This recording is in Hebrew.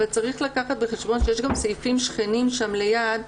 אבל צריך לקחת בחשבון שיש סעיפים שכנים ליד,